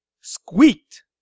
squeaked